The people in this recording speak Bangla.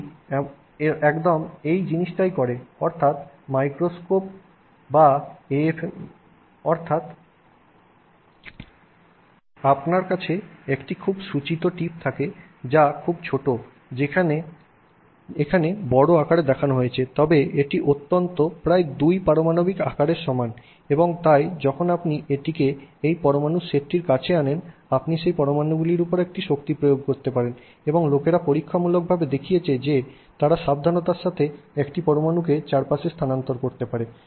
এটি একদম এই জিনিসটাই করে অর্থাৎ আপনার কাছে একটি খুব সূচিত টিপ থাকে যা খুব ছোট যেটাকে এখানে বড় আকারে দেখানো হয়েছে তবে এটি অত্যন্ত ছোট প্রায় 2 পারমানবিক আকারের সমান এবং তাই যখন আপনি এটিকে এই পরমাণুর সেটটির কাছে আনেন আপনি সেই পরমাণুগুলির উপর একটি শক্তি প্রয়োগ করতে পারেন এবং লোকেরা পরীক্ষামূলকভাবে দেখিয়েছে যে তারা সাবধানতার সাথে একটি পরমাণুকে চারপাশে স্থানান্তর করতে পারে